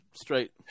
straight